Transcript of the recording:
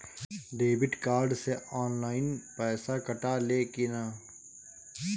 Debit card से online पैसा कटा ले कि ना?